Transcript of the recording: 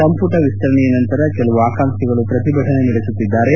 ಸಂಪುಟ ವಿಸ್ತರಣೆಯ ನಂತರ ಕೆಲವು ಆಕಾಂಕ್ಷಿಗಳು ಪ್ರತಿಭಟನೆ ನಡೆಸುತ್ತಿದ್ದಾರೆ